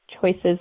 Choices